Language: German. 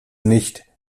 nicht